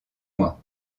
mois